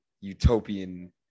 utopian